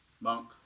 monk